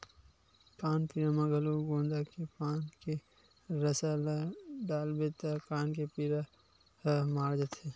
कान पीरा म घलो गोंदा के पाना के रसा ल डालबे त कान के पीरा ह माड़ जाथे